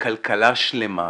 כלכלה שלמה,